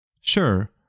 Sure